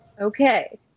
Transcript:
Okay